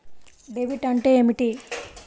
Debit అంటే ఏమిటి?